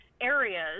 Areas